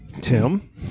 Tim